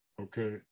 okay